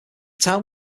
town